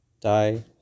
die